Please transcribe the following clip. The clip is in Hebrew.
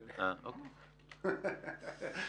אה, טוב.